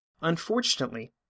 Unfortunately